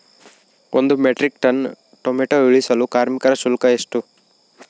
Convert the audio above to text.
ಒಂದು metric ton tomato ಇಳಿಸಲು ಕಾರ್ಮಿಕರ ಶುಲ್ಕ ಎಷ್ಟು?